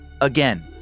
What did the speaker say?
again